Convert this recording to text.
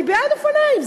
אני בעד אופניים.